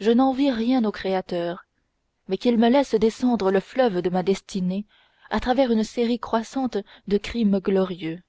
je n'envie rien au créateur mais qu'il me laisse descendre le fleuve de ma destinée à travers une série croissante de crimes glorieux